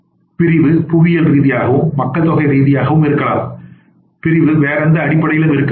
பிரிவு புவியியல் ரீதியாகவும் மக்கள் தொகை ரீதியாகவும் இருக்கலாம் பிரிவு வேறு எந்த அடிப்படையிலும் இருக்க முடியும்